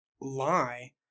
lie